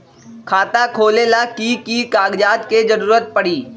खाता खोले ला कि कि कागजात के जरूरत परी?